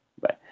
Bye